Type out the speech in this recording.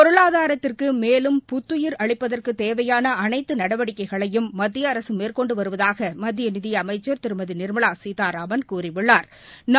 பொருளாதாரத்திற்குமேலும் புத்துயிர் அளிப்பதற்குத் தேவையானஅனைத்துநடவடிக்கைகளையும் மத்தியஅரசுமேற்கொண்டுவருவதாகநிதிஅமைச்சா் திருமதிநிா்மலாசீதாராமன் கூறியுள்ளாா்